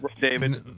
David